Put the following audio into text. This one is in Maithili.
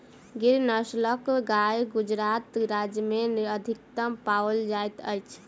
गिर नस्लक गाय गुजरात राज्य में अधिकतम पाओल जाइत अछि